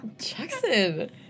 Jackson